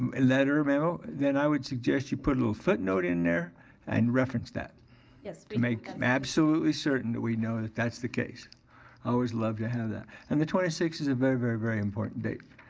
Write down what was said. letter mail? then i would suggest you put a little footnote in there and reference that to make absolutely certain that we know that that's the case. i always love to have that. and the twenty sixth is a very, very, very important date.